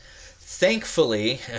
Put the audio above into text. Thankfully